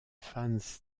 fans